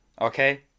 okay